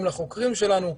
גם לחוקרים שלנו.